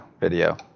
video